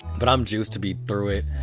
but i'm juiced to be through it.